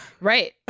Right